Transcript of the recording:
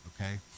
okay